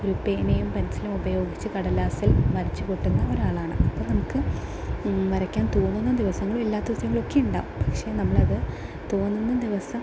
ഒരു പേനയും പെൻസിലും ഉപയോഗിച്ച് കടലാസ്സിൽ വരച്ച് കൂട്ടുന്ന ഒരാളാണ് അപ്പം നമുക്ക് വരക്കാൻ തോന്നുന്ന ദിവസങ്ങളും അല്ലാത്ത ദിവസങ്ങളൊക്കെ ഉണ്ടാകും പക്ഷേ നമ്മളത് തോന്നുന്ന ദിവസം